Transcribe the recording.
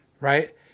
right